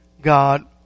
God